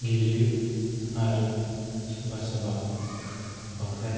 गेलेयो आरो सोरबा सोरबा बांद्राय